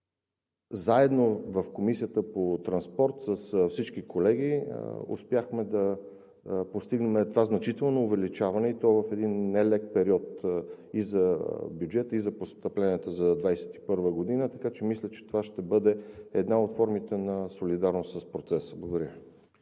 Заедно в Комисията по транспорт с всички колеги успяхме да постигнем това значително увеличаване, и то в един не лек период и за бюджета и за постъпленията за 2021 г., така че мисля, че това ще бъде една от формите на солидарност с процеса. Благодаря